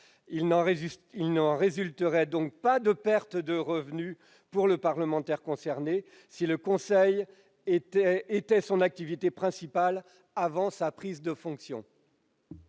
Il n'en résulterait donc pas de perte de revenu pour le parlementaire concerné si le conseil était son activité principale avant sa prise de fonctions.